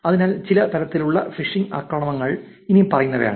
അതിനാൽ ചില തരത്തിലുള്ള ഫിഷിംഗ് ആക്രമണങ്ങൾ ഇനി പറയുന്നവയാണ്